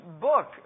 book